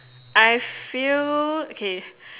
I feel okay